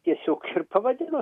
tiesiog ir pavadino